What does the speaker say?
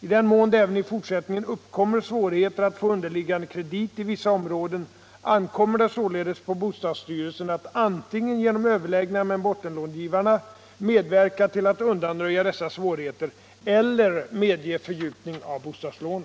I den mån det även i fortsättningen uppkommer svårigheter att få underliggande kredit i vissa områden ankommer det således på bostadsstyrelsen att antingen genom överläggningar med bottenlångivarna medverka till att undanröja dessa svårigheter eller medge fördjupning av bostadslån.